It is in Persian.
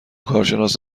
کارشناس